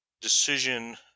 decision